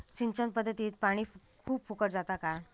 सिंचन पध्दतीत पानी खूप फुकट जाता काय?